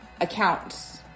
accounts